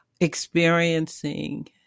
experiencing